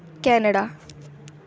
Canada